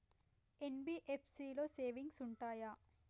NBFC లో savings ఉంటయా?